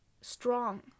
strong